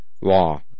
law